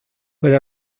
per